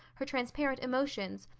her transparent emotions,